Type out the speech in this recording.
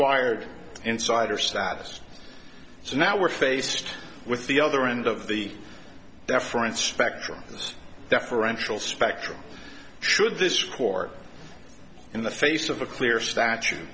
acquired insider status so now we're faced with the other end of the deference spectrum deferential spectrum should this court in the face of a clear statu